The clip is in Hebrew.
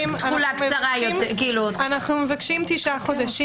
הוליסטי- -- אנו מבקשים תשעה חודשים.